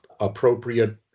appropriate